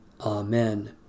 Amen